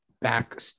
back